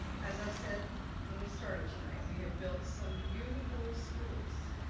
as i said when we started tonight, we have built some beautiful schools.